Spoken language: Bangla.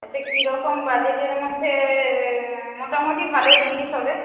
আচ্ছা কীরকম বাজেটের মধ্যে মোটামুটি ভালো জিনিস হবে